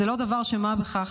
הן לא דבר של מה בכך,